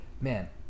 man